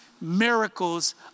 miracles